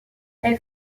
elle